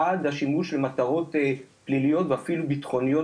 עד לשימוש למטרות פליליות ואפילו ביטחוניות